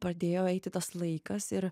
pradėjo eiti tas laikas ir